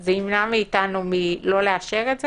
זה ימנע מאיתנו לא לאשר את זה?